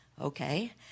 okay